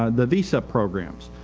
ah the visa programs.